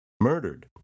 Murdered